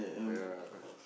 ya